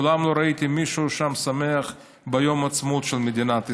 מעולם לא ראיתי מישהו שם שמח ביום העצמאות של מדינת ישראל.